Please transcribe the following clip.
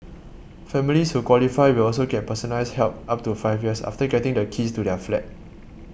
families who qualify will also get personalised help up to five years after getting the keys to their flat